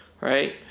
right